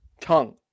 Tongue